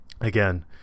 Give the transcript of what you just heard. Again